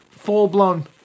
full-blown